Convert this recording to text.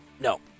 No